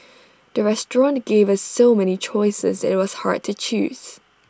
the restaurant gave us so many choices that IT was hard to choose